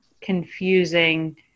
confusing